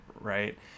right